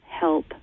help